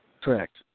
Correct